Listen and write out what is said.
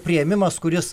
priėmimas kuris